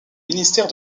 ministère